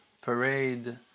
parade